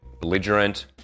belligerent